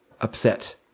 upset